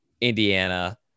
indiana